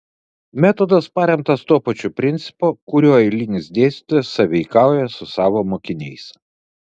metodas paremtas tuo pačiu principu kuriuo eilinis dėstytojas sąveikauja su savo mokiniais